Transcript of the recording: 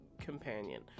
companion